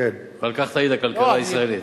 ועל כך תעיד הכלכלה הישראלית.